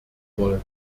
wollen